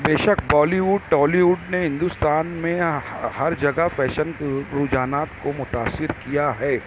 بیشک بالیووڈ ٹالیووڈ نے ہندوستان میں ہر جگہ فیشن رجحانات کو متأثر کیا ہے